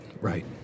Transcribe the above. Right